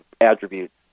attributes